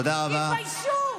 תתביישו.